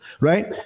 right